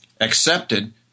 accepted